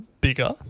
bigger